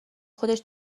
خودش